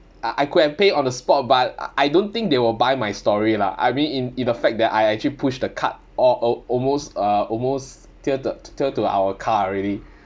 I I could have pay on the spot but I don't think they will buy my story lah I mean in in the fact that I actually push the cart al~ al~ almost uh almost till to t~ till to our car already